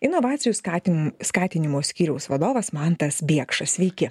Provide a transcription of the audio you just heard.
inovacijų skatim skatinimo skyriaus vadovas mantas biekša sveiki